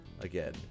again